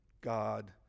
God